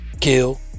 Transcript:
kill